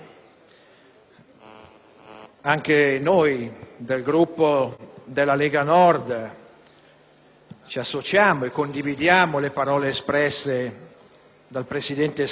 anche noi del Gruppo della Lega Nord ci associamo e condividiamo le parole espresse dal presidente Schifani